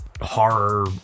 horror